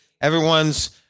everyone's